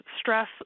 stress